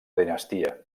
dinastia